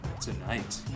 tonight